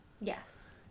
Yes